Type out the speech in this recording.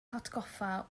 hatgoffa